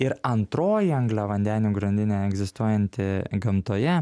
ir antroji angliavandenių grandinė egzistuojanti gamtoje